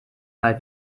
mal